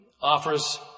offers